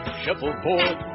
shuffleboard